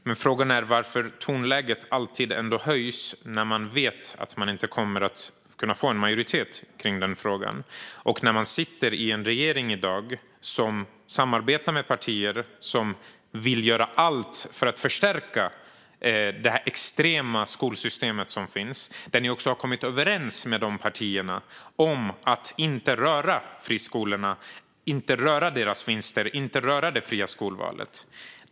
Men frågan är varför tonläget ändå alltid höjs när ni vet att ni inte kommer att kunna få en majoritet för denna fråga och när ni i dag sitter i en regering som samarbetar med partier som vill göra allt för att förstärka det extrema skolsystem som finns. Ni har också kommit överens med dessa partier om att inte röra friskolorna, inte röra deras vinster och inte röra det fria skolvalet.